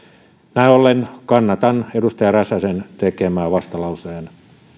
näin ollen kannatan edustaja räsäsen tekemää vastalauseen